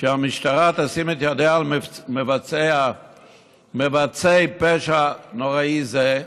שהמשטרה תשים את ידיה על מבצעי פשע נוראי זה,